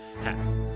Hats